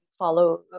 Follow